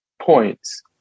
points